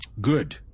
Good